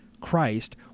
Christ